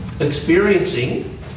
experiencing